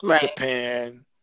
Japan